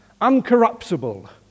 uncorruptible